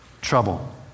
trouble